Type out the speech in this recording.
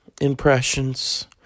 Impressions